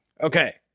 Okay